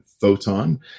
Photon